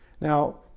Now